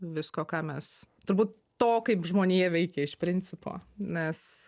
visko ką mes turbūt to kaip žmonija veikia iš principo nes